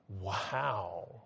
Wow